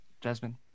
Jasmine